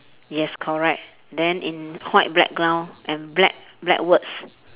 yes correct then in white background and black black words